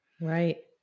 Right